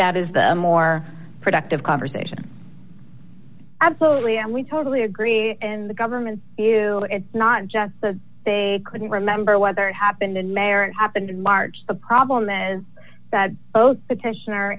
that is the more productive conversation absolutely and we totally agree and the government is to it's not just the they couldn't remember whether it happened in mayor it happened in march the problem is that both petition